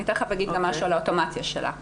מיד אגיד גם משהו על האוטומט שלה.